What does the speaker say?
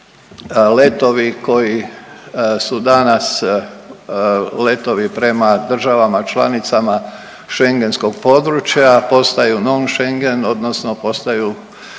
letovi koji su danas letovi prema državama članicama schengenskog područja postaju non schengen odnosno postaju